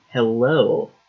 Hello